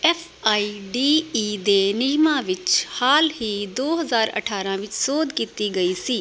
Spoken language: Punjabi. ਐੱਫ ਆਈ ਡੀ ਈ ਦੇ ਨਿਯਮਾਂ ਵਿੱਚ ਹਾਲ ਹੀ ਦੋ ਹਜ਼ਾਰ ਅਠਾਰ੍ਹਾਂ ਵਿੱਚ ਸੋਧ ਕੀਤੀ ਗਈ ਸੀ